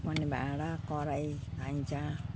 पकाउने भाँडा कराही चाहिन्छ